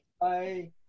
Bye